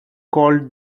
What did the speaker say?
called